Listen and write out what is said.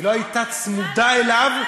היא לא הייתה צמודה אליו,